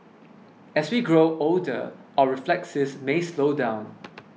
as we grow older our reflexes may slow down